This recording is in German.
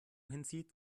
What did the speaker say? hinsieht